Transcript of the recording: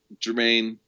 Jermaine